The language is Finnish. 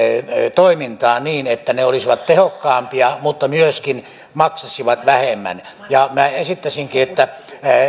toimintaan niin että ne olisivat tehokkaampia mutta myöskin maksaisivat vähemmän minä esittäisinkin että